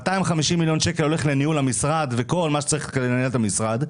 250 מיליון שקל הולך לניהול המשרד וכל מה שצריך כדי לנהל את המשרד,